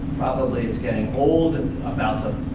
probably it's getting old, and about the